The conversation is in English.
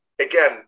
again